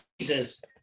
jesus